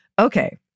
Okay